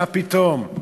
מה פתאום,